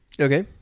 Okay